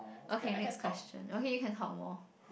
okay next question okay you can talk more